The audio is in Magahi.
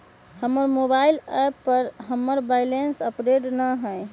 हमर मोबाइल एप पर हमर बैलेंस अपडेट न हई